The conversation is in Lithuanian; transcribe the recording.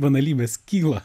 banalybės kyla